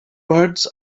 birds